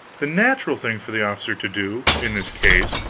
the natural thing for the officer to do, in this case,